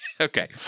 okay